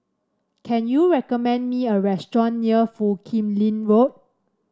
can you recommend me a restaurant near Foo Kim Lin Road